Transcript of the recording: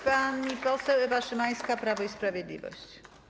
Pani poseł Ewa Szymańska, Prawo i Sprawiedliwość.